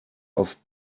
auf